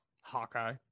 Hawkeye